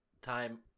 time